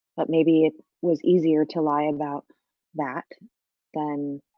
but maybe it was easier to lie about that than